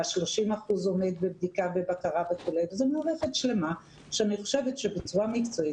וה-30% עומד בבדיקה ובבקרה וזו מערכת שלמה שאני חושבת שבצורה מקצועית